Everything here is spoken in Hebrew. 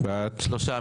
שלושה.